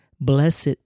Blessed